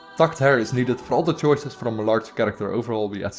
tucked hair is needed for all the choices from a large character overhaul we add